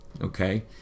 okay